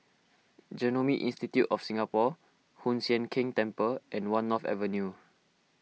Genome Institute of Singapore Hoon Sian Keng Temple and one North Avenue